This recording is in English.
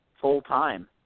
full-time